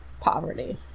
poverty